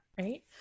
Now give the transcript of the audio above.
Right